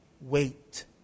Wait